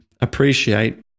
appreciate